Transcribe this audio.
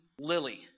lily